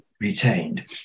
retained